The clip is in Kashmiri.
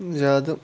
زیادٕ